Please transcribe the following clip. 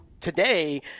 Today